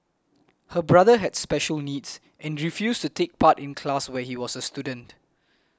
her brother had special needs and refused to take part in class when he was a student